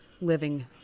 Living